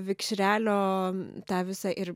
vikšrelio tą visą ir